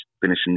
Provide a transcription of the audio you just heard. finishing